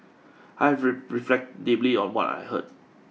I have reflect deeply on what I heard